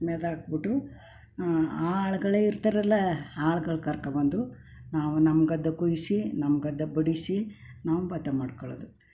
ಮೆದು ಹಾಕ್ಬಿಟ್ಟು ಆಳುಗಳೆ ಇರ್ತೀರಲ್ಲ ಆಳ್ಗಳು ಕರ್ಕೊಂಡ್ಬಂದು ನಾವು ನಮ್ಮ ಗದ್ದೆ ಕೊಯ್ಸಿ ನಮ್ಮ ಗದ್ದೆ ಬಡಿಸಿ ನಾವು ಭತ್ತ ಮಾಡ್ಕೊಳ್ಳೋದು